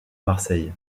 marseille